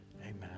Amen